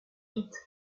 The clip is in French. vite